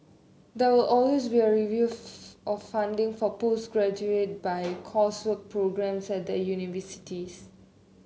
there will always be a review of funding for postgraduate by coursework programmes at the universities